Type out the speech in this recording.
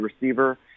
receiver